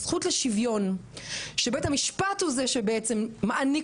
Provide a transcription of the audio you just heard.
הזכות לשוויון שבית המשפט הוא זה שבעצם מעניק